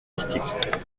articles